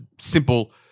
simple